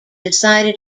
decided